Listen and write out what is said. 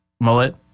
mullet